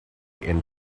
and